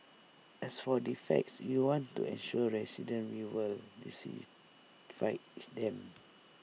as for defects you want to assure residents we will them